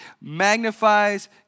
magnifies